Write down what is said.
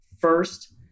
First